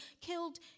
killed